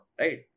Right